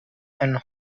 and